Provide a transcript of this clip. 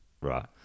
right